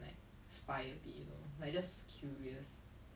is really not choice for them it's survival ya